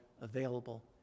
available